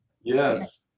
Yes